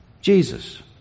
Jesus